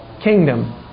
kingdom